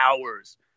hours